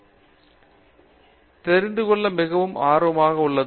பேராசிரியர் பிரதாப் ஹரிதாஸ் தெரிந்து கொள்ள மிகவும் ஆர்வமாக உள்ளது